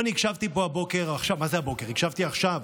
הקשבתי עכשיו